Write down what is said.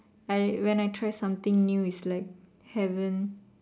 like when I try something new is like heaven